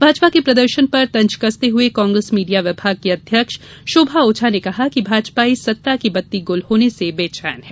भाजपा के प्रदर्शन पर तंज कसते हए कांग्रेस मीडिया विभाग की अध्यक्ष शोभा ओझा ने कहा कि भाजपाई सत्ता की बत्ती गुल होने से बेचैन हैं